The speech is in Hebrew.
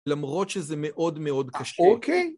למרות שזה מאוד מאוד קשה, אוקיי.